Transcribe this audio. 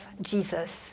Jesus